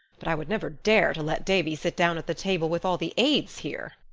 but i would never dare to let davy sit down at the table with all the aids here.